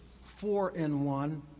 four-in-one